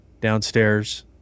downstairs